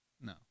No